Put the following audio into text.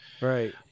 right